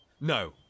No